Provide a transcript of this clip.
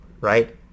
right